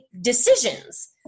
decisions